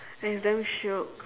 and it's damn shiok